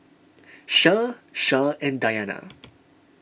Shah Shah and Dayana